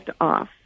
off